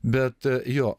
bet jo